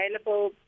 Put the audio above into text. available